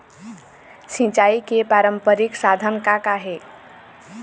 सिचाई के पारंपरिक साधन का का हे?